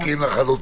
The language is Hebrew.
אני מסכים לחלוטין.